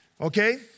Okay